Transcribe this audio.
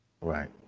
right